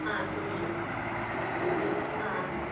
शून्यं